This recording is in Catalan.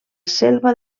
selva